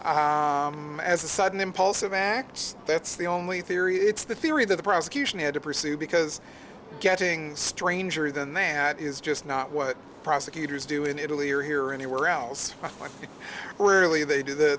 but as a sudden impulsive act that's the only theory it's the theory that the prosecution had to pursue because getting stranger than that is just not what prosecutors do in italy or here or anywhere else really they do the